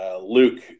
Luke